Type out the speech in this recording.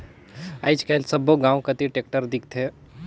आएज काएल सब्बो गाँव कती टेक्टर दिखथे